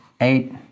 eight